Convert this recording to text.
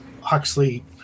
Huxley